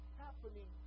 happening